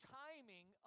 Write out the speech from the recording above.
timing